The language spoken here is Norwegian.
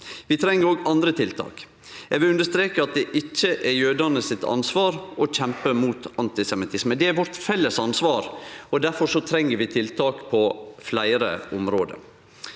Vi treng òg andre tiltak. Eg vil understreke at det ikkje er jødane sitt ansvar å kjempe mot antisemittisme. Det er vårt felles ansvar. Difor treng vi tiltak på fleire område.